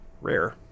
rare